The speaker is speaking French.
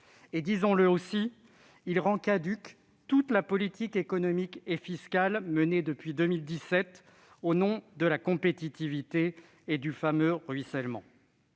Disons-le aussi, ce texte rend caduque toute la politique économique et fiscale menée depuis 2017 au nom de la compétitivité et du fameux « ruissellement